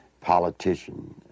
politician